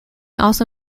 also